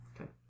Okay